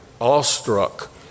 awestruck